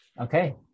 Okay